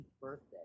birthday